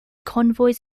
convoys